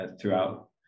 throughout